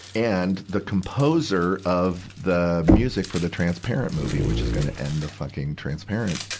and, the composer of the music for the transparent movie, which is gonna end the fucking transparent,